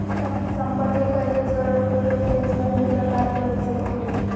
संपत्ति कर के स्वरूप विभिन्न देश में भिन्न प्रकार के हो सको हइ